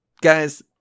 guys